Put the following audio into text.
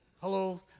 hello